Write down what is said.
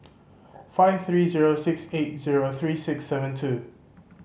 five three zero six eight zero three six seven two